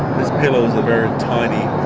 this pillow is a very tiny,